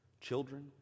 children